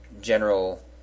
general